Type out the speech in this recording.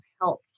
health